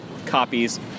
copies